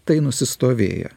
tai nusistovėję